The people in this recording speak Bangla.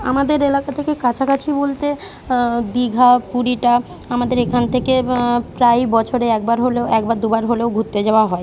আমাদের এলাকা থেকে কাছাকাছি বলতে দীঘা পুরীটা আমাদের এখান থেকে প্রায় বছরে একবার হলেও একবার দুবার হলেও ঘুরতে যাওয়া হয়